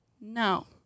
No